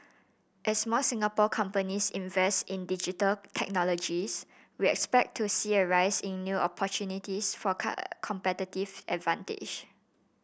as more Singapore companies invest in Digital Technologies we expect to see a rise in new opportunities for competitive advantage